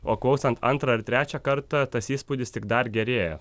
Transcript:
o klausant antrą ar trečią kartą tas įspūdis tik dar gerėja